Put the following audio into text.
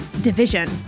division